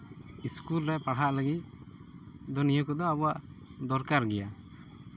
school ᱨᱮ ᱯᱟᱲᱦᱟᱜ ᱞᱟᱹᱜᱤᱫ ᱫᱚ ᱱᱤᱭᱟᱹ ᱠᱚᱫᱚ ᱟᱵᱚᱣᱟᱜ ᱫᱚᱨᱠᱟᱨ ᱜᱮᱭᱟ